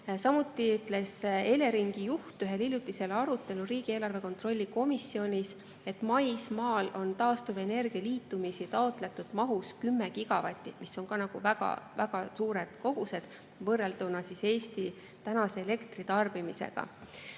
Samuti ütles Eleringi juht ühel hiljutisel arutelul riigieelarve kontrolli komisjonis, et maismaal on taastuvenergia liitumisi taotletud mahus 10 gigavatti, mis on väga-väga suured kogused võrrelduna Eesti praeguse elektritarbimisega. Tõepoolest,